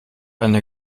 einer